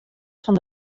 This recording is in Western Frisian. fan